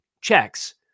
checks